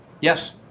Yes